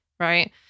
Right